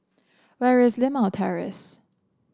where is Limau Terrace